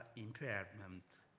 impairment.